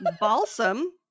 Balsam